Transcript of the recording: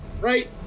right